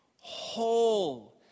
Whole